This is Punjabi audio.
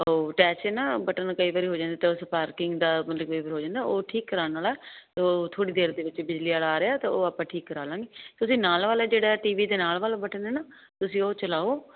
ਉਹ ਅਟੈਚ ਐ ਨਾ ਬਟਨ ਕਈ ਵਾਰੀ ਹੋ ਜਾਂਦਾ ਤਾਂ ਉਹ ਕਈ ਵਾਰ ਸਪਾਰਕਿੰਗ ਦਾ ਮਤਲਬ ਉਹ ਕਈ ਵਾਰ ਹੋ ਜਾਂਦਾ ਉਹ ਠੀਕ ਕਰਾਉਣ ਵਾਲਾ ਤੇ ਉਹ ਥੋੜੀ ਦੇਰ ਦੇ ਵਿੱਚ ਬਿਜਲੀ ਵਾਲਾ ਆ ਰਿਹਾ ਤੇ ਉਹ ਆਪਾਂ ਠੀਕ ਕਰਾ ਲਾਂਗੇ ਤੁਸੀਂ ਨਾਲ ਵਾਲਾ ਜਿਹੜਾ ਟੀਵੀ ਦੇ ਨਾਲ ਵਾਲਾ ਬਟਨ ਹੈ ਨਾ ਤੁਸੀਂ ਉਹ ਚਲਾਓ